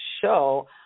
show